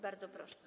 Bardzo proszę.